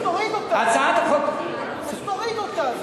אז תוריד אותה, אז תוריד אותה.